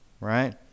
right